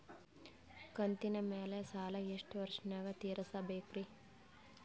ಕಂತಿನ ಮ್ಯಾಲ ಸಾಲಾ ಎಷ್ಟ ವರ್ಷ ನ್ಯಾಗ ತೀರಸ ಬೇಕ್ರಿ?